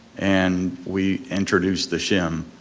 and we introduced the shim.